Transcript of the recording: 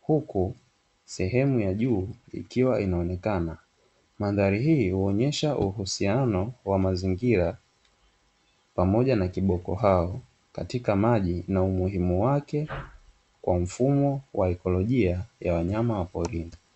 huku sehemu ya juu ikiwa inaonekana. Mandhari hii huonyesha uhusiano wa mazingira pamoja na kiboko hao katika maji na umuhimu wake kwa mfumo wa ikolojia ya wanyama wa porini.